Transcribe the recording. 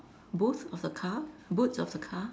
boot of the car boot of a car